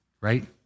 right